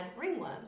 ringworm